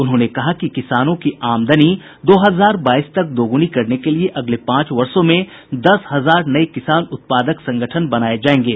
उन्होंने कहा कि किसानों की आमदनी दो हजार बाईस तक दोगुनी करने के लिए अगले पांच वर्षो में दस हजार नये किसान उत्पादक संगठन बनाये जायेंगे